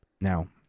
Now